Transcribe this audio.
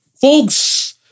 folks